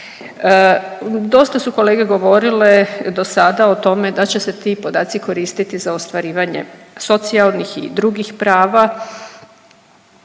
Dosta su kolege govorile dosada o tome da će se ti podaci koristiti za ostvarivanje socijalnih i drugih prava